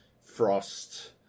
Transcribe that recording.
Frost